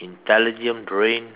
intelligent brain